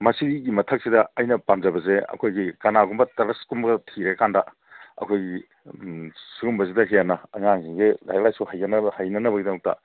ꯃꯁꯤꯒꯤ ꯃꯊꯛꯁꯤꯗ ꯑꯩꯅ ꯄꯥꯝꯖꯕꯁꯦ ꯑꯩꯈꯣꯏꯒꯤ ꯀꯅꯥꯒꯨꯝꯕ ꯇ꯭ꯔꯁꯀꯨꯝꯕꯒ ꯊꯤꯔꯀꯥꯟꯗ ꯑꯩꯈꯣꯏꯒꯤ ꯁꯤꯒꯨꯝꯕꯁꯤꯗ ꯍꯦꯟꯅ ꯑꯉꯥꯡꯁꯤꯡꯁꯦ ꯂꯥꯏꯔꯤꯛ ꯂꯥꯏꯁꯨ ꯍꯩꯅꯅꯕꯒꯤꯗꯃꯛꯇ